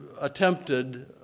attempted